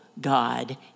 God